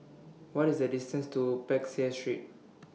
What IS The distance to Peck Seah Street